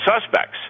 suspects